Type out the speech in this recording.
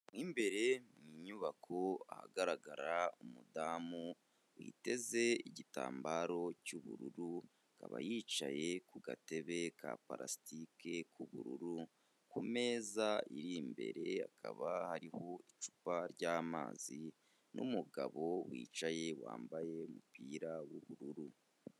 Mo imbere mu nyubako, ahagaragara umudamu witeze igitambaro cy'ubururu, akaba yicaye ku gatebe ka parasitike k'ubururu, ku meza iri imbere hakaba hariho icupa ry'amazi n'umugabo wicaye, wambaye umupira w'ubururu.